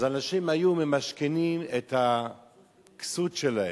אז אנשים היו ממשכנים את הכסות שלהם,